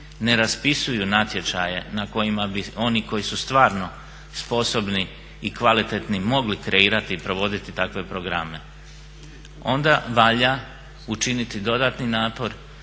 ne raspisuju natječaje na kojima bi oni koji su stvarno sposobni i kvalitetni mogli kreirati i provoditi takve programe onda valja učiniti dodatni napor